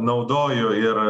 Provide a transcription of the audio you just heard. naudoju ir